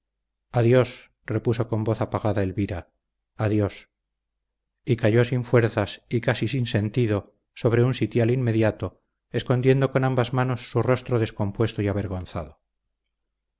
adiós repuso con voz apagada elvira adiós y cayó sin fuerzas y casi sin sentido sobre un sitial inmediato escondiendo con ambas manos su rostro descompuesto y avergonzado